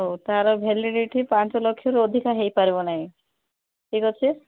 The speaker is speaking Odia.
ହଉ ତାର ଭାଲିିଡିଟି ପାଞ୍ଚ ଲକ୍ଷରୁ ଅଧିକା ହୋଇପାରିବ ନାହିଁ ଠିକ୍ ଅଛି